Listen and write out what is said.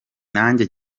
nanjye